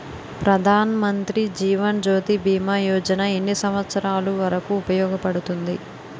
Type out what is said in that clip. ప్రధాన్ మంత్రి జీవన్ జ్యోతి భీమా యోజన ఎన్ని సంవత్సారాలు వరకు ఉపయోగపడుతుంది?